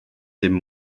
dim